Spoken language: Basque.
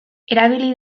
erabili